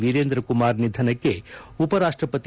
ವಿರೇಂದ್ರ ಕುಮಾರ್ ನಿಧನಕ್ಕೆ ಉಪರಾಷ್ಷಪತಿ